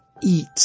eat